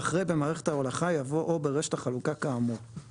ואחרי "במערכת ההולכה" יבוא "או ברשת החלוקה כאמור".